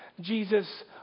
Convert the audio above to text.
Jesus